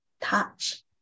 touch